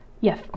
Yes